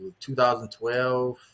2012